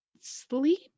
sleep